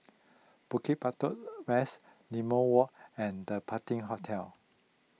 Bukit Batok West Limau Walk and the Patina Hotel